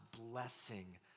blessing